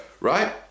right